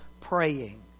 praying